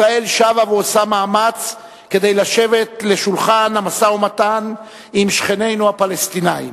ישראל שבה ועושה מאמץ כדי לשבת לשולחן המשא-ומתן עם שכנינו הפלסטינים.